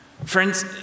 Friends